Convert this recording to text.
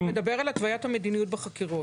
--- אתה מדבר על התוויית המדיניות בחקירות,